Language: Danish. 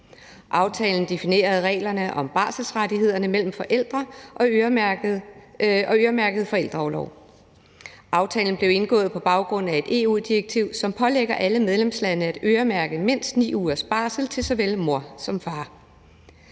Aftalen definerede reglerne om barselsrettighederne mellem forældre og øremærket forældreorlov. Aftalen blev indgået på baggrund af et EU-direktiv, som pålægger alle medlemslande at øremærke mindst 9 ugers barsel til såvel mor som far.